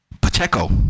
Pacheco